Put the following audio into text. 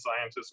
scientists